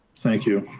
thank you.